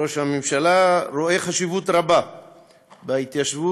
ראש הממשלה רואה חשיבות רבה בהתיישבות,